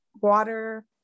water